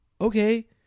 Okay